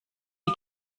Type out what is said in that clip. die